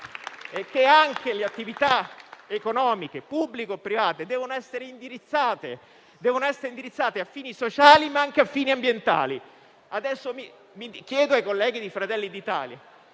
Le attività economiche, pubbliche o private, devono essere indirizzate a fini sociali, ma anche a fini ambientali. Chiedo pertanto ai colleghi di Fratelli d'Italia